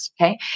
Okay